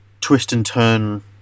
twist-and-turn